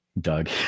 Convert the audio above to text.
doug